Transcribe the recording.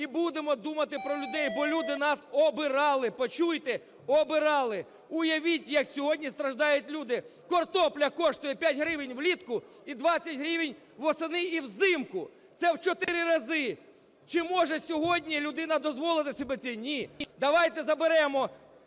і будемо думати про людей, бо люди нас обирали, почуйте, обирали. Уявіть, як сьогодні страждають люди, картопля коштує 5 гривень влітку і 20 гривень восени, і взимку, це в чотири рази. Чи може сьогодні людина дозволити собі це? Ні.